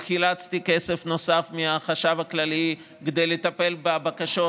וחילצתי כסף נוסף מהחשב הכללי כדי לטפל בבקשות,